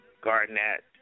Garnett